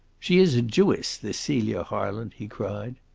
she is a jewess, this celia harland? he cried.